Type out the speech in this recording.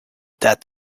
that